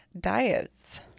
diets